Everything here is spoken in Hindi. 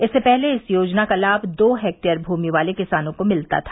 इससे पहले इस योजना का लाभ दो हेक्टयर भूमि वाले किसानों को मिलता था